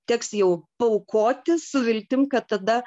teks jau paaukoti su viltim kad tada